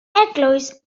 eglwys